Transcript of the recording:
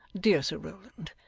dear sir rowland,